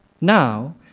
now